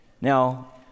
Now